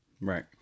Right